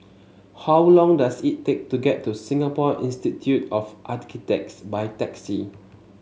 how long does it take to get to Singapore Institute of Architects by taxi